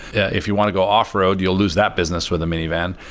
yeah if you want to go off-road, you'll lose that business with the minivan.